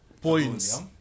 points